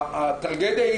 הטרגדיה היא